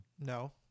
No